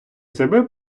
себе